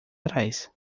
trás